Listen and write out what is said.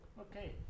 Okay